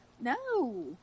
No